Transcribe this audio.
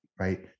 right